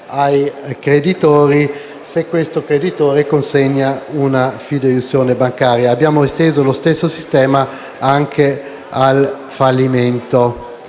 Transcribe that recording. ai creditori, se questi creditori consegnano una fideiussione bancaria (abbiamo esteso lo stesso sistema anche al fallimento).